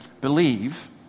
believe